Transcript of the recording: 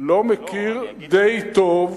לא מכיר די טוב,